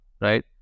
right